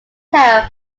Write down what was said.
tale